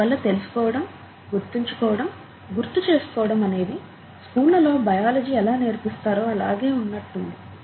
అందువల్ల తెలుసుకోవడం గుర్తుంచుకోవడం గుర్తుచేసుకోవడం అనేవి స్కూళ్లలో బయాలజీ ఎలా నేర్పిస్తారో అలాగే ఉన్నటుంది